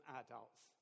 adults